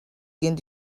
gained